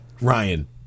Ryan